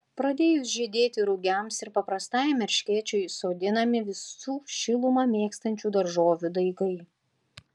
pradėjus žydėti rugiams ir paprastajam erškėčiui sodinami visų šilumą mėgstančių daržovių daigai